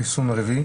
חיסון רביעי?